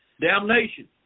damnation